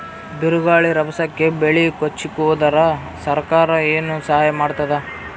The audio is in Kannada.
ಬಿರುಗಾಳಿ ರಭಸಕ್ಕೆ ಬೆಳೆ ಕೊಚ್ಚಿಹೋದರ ಸರಕಾರ ಏನು ಸಹಾಯ ಮಾಡತ್ತದ?